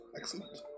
excellent